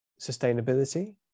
Sustainability